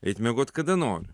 eit miegot kada noriu